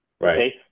right